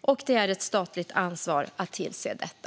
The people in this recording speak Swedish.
och det är ett statligt ansvar att tillse detta.